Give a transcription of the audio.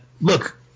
look